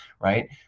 right